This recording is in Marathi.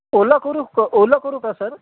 ओला करू क ओला करू का सर